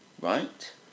right